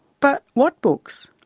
but what books?